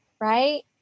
Right